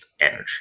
energy